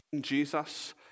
Jesus